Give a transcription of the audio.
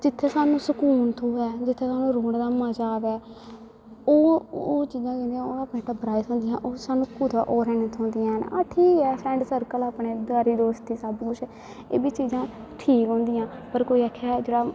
जित्थै सानूं सकून थ्होए जित्थै सानूं रौह्ने दा मजा आवै ओह् जियां जियां ओह् अपने टब्बरा च थ्होंदियां ओह् सानूं कुतै होर हैनी थ्होंदियां हैन हां ठीक ऐ फ्रैंड सर्कल अपनी यारी दोस्ती एह् बी चीजां ठीक होंदियां पर कोई आक्खै जेह्ड़ा